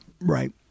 Right